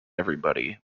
everybody